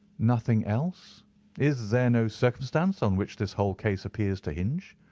nothing else is there no circumstance on which this whole case appears to hinge?